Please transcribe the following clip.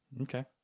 Okay